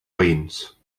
veïns